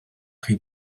chi